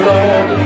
Lord